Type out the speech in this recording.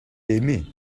aimé